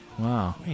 Wow